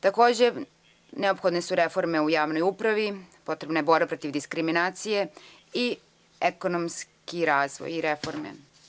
Takođe, neophodne su reforme u javnoj upravi, potrebna je borba protiv diskriminacije i ekonomski razvoj i reforme.